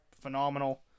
phenomenal